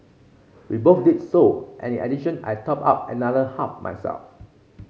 we both did so and in addition I topped up another half myself